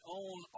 own